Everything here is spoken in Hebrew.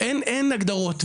אין הגדרות.